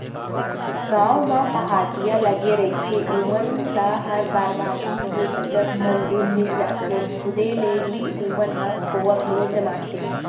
गाँव म पहाटिया लगे रहिथे ओमन ल हर बरवाही के गजब कन दूद मिल जाथे, खुदे ले ही ओमन ह खोवा घलो जमाथे